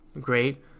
great